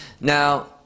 now